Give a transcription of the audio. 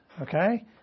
Okay